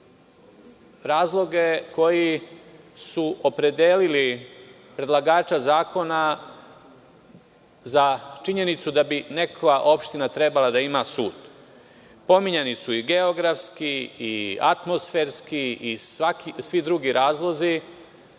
razloge koji su opredelili predlagača zakona za činjenicu da bi neka opština trebala da ima sud. Pominjani su i geografski i atmosferski i svi drugi razlozi.